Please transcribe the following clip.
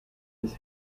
this